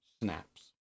snaps